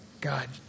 God